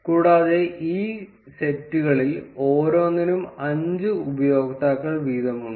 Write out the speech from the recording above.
കൂടാതെ ഈ സെറ്റുകളിൽ ഓരോന്നിനും 5 ഉപയോക്താക്കൾ വീതമുണ്ട്